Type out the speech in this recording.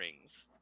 Rings